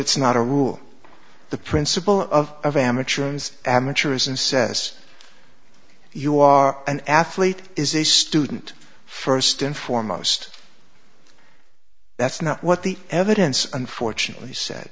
it's not a rule the principle of of amateur amateurs and says you are an athlete is a student first and foremost that's not what the evidence unfortunately s